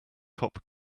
cop